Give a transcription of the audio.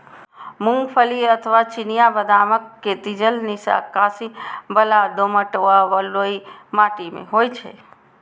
मूंगफली अथवा चिनिया बदामक खेती जलनिकासी बला दोमट व बलुई माटि मे होइ छै